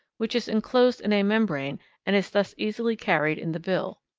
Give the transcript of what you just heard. which is inclosed in a membrane and is thus easily carried in the bill.